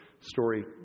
story